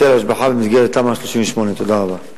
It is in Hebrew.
מהיטל השבחה במסגרת תמ"א 38. תודה רבה.